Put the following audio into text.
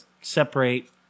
separate